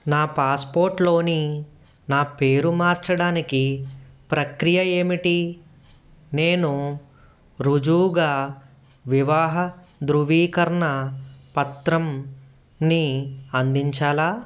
నా పాస్పోర్ట్లోని నా పేరు మార్చడానికి ప్రక్రియ ఏమిటి నేను రుజువుగా వివాహ ధ్రువీకరణ పత్రంని అందించాలా